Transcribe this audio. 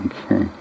Okay